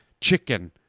chicken